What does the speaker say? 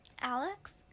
Alex